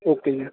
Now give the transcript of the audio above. okay